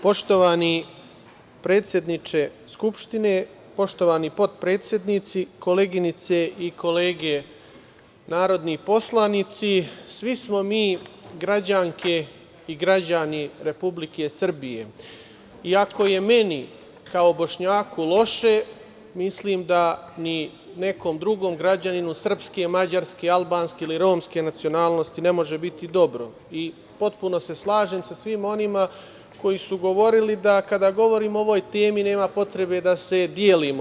Poštovani predsedniče Skupštine, poštovani potpredsednici, koleginice i kolege narodni poslanici, svi smo mi građanke i građani Republike Srbije, i ako je meni kao Bošnjaku loše mislim da ni nekom drugom građaninu srpske, mađarske, albanske ili romske nacionalnosti ne može biti dobro i potpuno se slažem sa svima onima koji su govorili da kada govorimo o ovoj temi nema potrebe da se delimo.